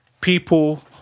people